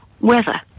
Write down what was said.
weather